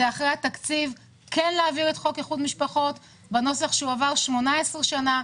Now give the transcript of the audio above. אחרי התקציב היא להעביר חוק איחוד משפחות בנוסח שהוא עבר 18 שנים.